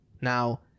Now